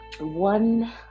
one